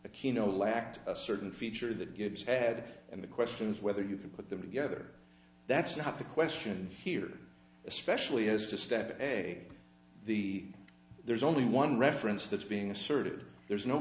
the keynote lacked a certain feature that gibbs had and the questions whether you can put them together that's not the question here especially as to step away the there's only one reference that's being asserted there's no